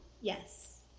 yes